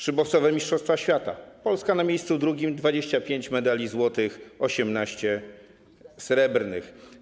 Szybowcowe mistrzostwa świata, Polska na drugim miejscu, 25 medali złotych, 18 srebrnych.